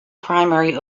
primary